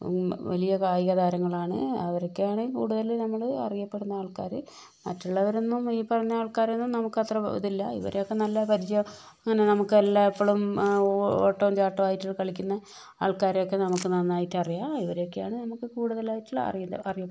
വലിയ കായിക താരങ്ങളാണ് അവരൊക്കെയാണ് കൂടുതലും നമ്മള് അറിയപ്പെടുന്ന ആൾക്കാര് മറ്റുളവരൊന്നും ഈ പറഞ്ഞ ആൾക്കാരൊന്നും നമുക്ക് അത്ര ഇതില്ല ഇവരൊക്കെ നല്ല പരിചയവും അങ്ങനെ നമുക്ക് എല്ലാ ഇപ്പോഴും ഓട്ടവും ചാട്ടവും ഒക്കെ ആയിട്ട് കളിക്കുന്ന ആൾക്കാരെ ഒക്കെ നമുക്ക് നന്നായിട്ട് അറിയാം ഇവരെ ഒക്കെയാണ് നമുക്ക് കൂടുതൽ ആയിട്ടുള്ള അറിയാ അറിയുന്നത്